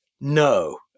no